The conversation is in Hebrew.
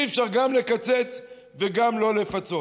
אי-אפשר גם לקצץ וגם לא לפצות.